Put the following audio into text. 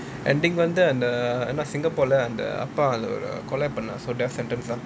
ending வந்து அந்த:vanthu antha singapore அந்த அப்பா கொலை பண்ணுனான்:antha appa kolai pannunaan so death sentence lah